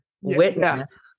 witness